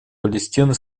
палестины